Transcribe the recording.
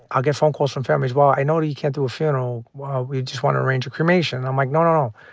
i'll get phone calls from families well, i know that you can't do a funeral. we just want to arrange a cremation. i'm like no, no, no,